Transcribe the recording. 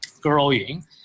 growing